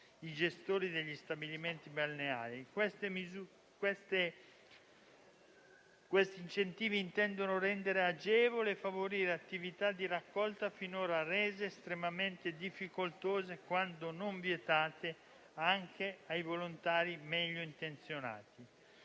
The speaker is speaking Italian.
balneari), intendono rendere agevole e favorire attività di raccolta finora rese estremamente difficoltose, quando non vietate, anche ai volontari meglio intenzionati.